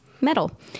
metal